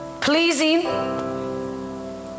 pleasing